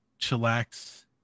Chillax